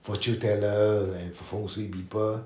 fortune teller and fengshui people